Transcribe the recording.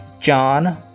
John